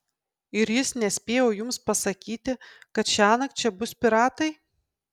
ir jis nespėjo jums pasakyti kad šiąnakt čia bus piratai